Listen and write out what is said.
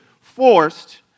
forced